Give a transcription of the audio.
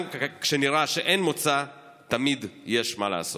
גם כשנראה שאין מוצא, תמיד יש מה לעשות.